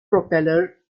propeller